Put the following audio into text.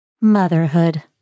Motherhood